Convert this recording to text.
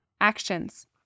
Actions